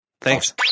Thanks